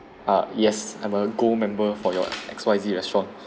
ah yes I'm a gold member for your X Y Z restaurant